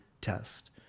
test